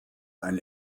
ein